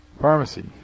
Pharmacy